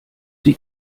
die